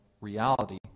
reality